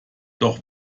doch